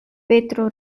petro